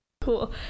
cool